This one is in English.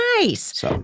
Nice